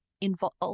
involved